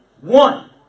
one